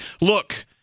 Look